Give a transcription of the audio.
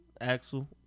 Axel